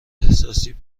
احساسی